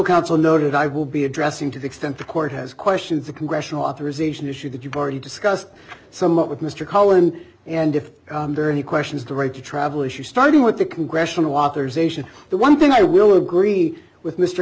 counsel noted i will be addressing to the extent the court has questions the congressional authorization issue that you've already discussed somewhat with mr cohen and if he questions the right to travel issue starting with the congressional authorization the one thing i will agree with mr